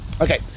Okay